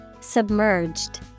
Submerged